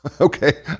Okay